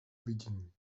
vidění